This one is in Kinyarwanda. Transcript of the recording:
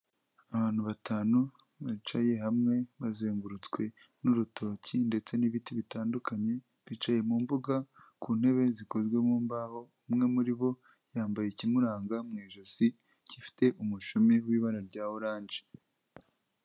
Abantu batanu bicaye hamwe bazengurutswe n'urutoki ndetse n'ibiti bitandukanye, bicaye mu mbuga ku ntebe zikozwe mu mbaho, umwe muri bo yambaye ikimuranga mu ijosi gifite umushumi w'ibara rya orange.